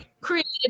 created